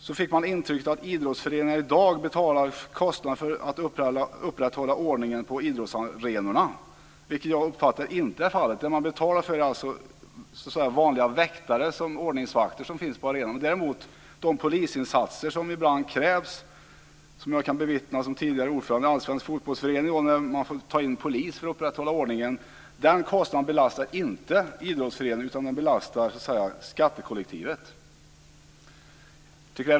Jag fick intrycket att han menade att idrottsföreningar i dag betalar kostnaderna för att upprätthålla ordningen på idrottsarenorna. Det anser jag inte är fallet. Det man betalar för är vanliga väktare som finns på arenorna som ordningsvakter. Kostnaderna för de polisinsatser som ibland krävs - vilket jag kan vittna om som tidigare ordförande i en allsvensk fotbollsförening, då jag varit med om att man fått ta in polis för att behålla ordningen - belastar inte idrottsföreningen utan skattekollektivet.